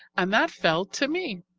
and that fell to me.